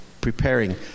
preparing